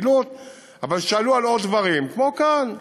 אבל שאלו על עוד דברים, כמו כאן,